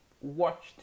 watched